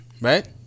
right